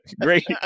Great